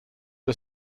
der